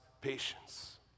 patience